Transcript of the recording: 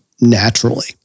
naturally